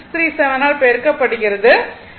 637 ஆல் பெருக்கப்படுகிறது